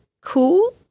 cool